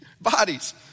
bodies